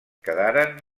quedaren